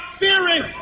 fearing